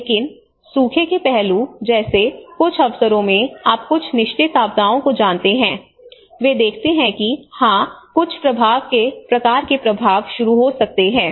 लेकिन सूखे के पहलू जैसे कुछ अवसरों में आप कुछ निश्चित आपदाओं को जानते हैं वे देखते हैं कि हाँ कुछ प्रकार के प्रभाव शुरू हो सकते हैं